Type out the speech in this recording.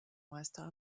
meister